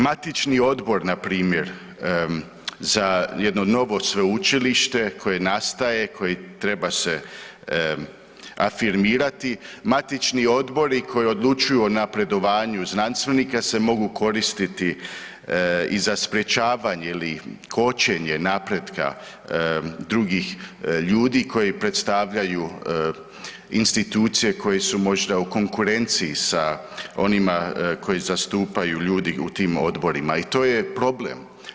Matični odbor, npr. za jedno novo sveučilište, koje nastaje, koji treba se afirmirati, matični odbori koji odlučuju o napredovanju znanstvenika se mogu koristiti i za sprječavanje ili kočenje napretka drugih ljudi koji predstavljaju institucije koje su možda u konkurenciji sa onima koje zastupaju ljudi u tim odborima i to je problem.